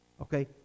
Okay